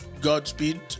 Godspeed